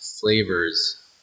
flavors